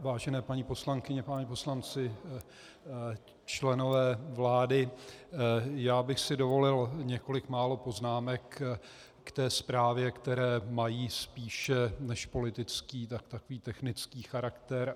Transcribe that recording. Vážené paní poslankyně, páni poslanci, členové vlády, já bych si dovolil několik málo poznámek k té zprávě, které mají spíš než politický takový technický charakter.